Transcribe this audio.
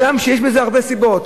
הגם שיש בזה הרבה סיבות.